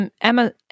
emma